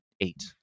eight